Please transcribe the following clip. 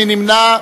מי נמנע?